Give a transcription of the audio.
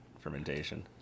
fermentation